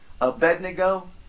Abednego